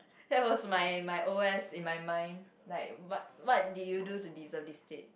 that was my my O_S in my mind like what what did you do to deserve this seat